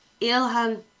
Ilhan